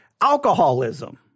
alcoholism